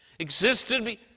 existed